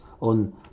on